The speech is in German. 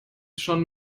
schon